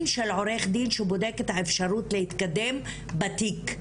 של עורך דין שבודק את האפשרות להתקדם בתיק,